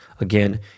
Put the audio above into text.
again